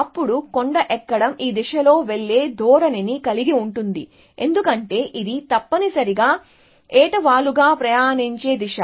అప్పుడు కొండ ఎక్కడం ఈ దిశలో వెళ్ళే ధోరణిని కలిగి ఉంటుంది ఎందుకంటే ఇది తప్పనిసరిగా ఏటవాలుగా ప్రయాణించే దిశ